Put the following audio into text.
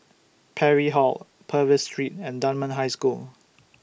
Parry Hall Purvis Street and Dunman High School